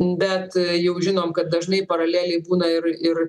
bet juk žinom kad dažnai paraleliai būna ir ir